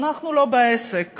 אנחנו לא בעסק;